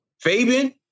Fabian